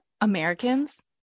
Americans